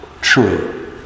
true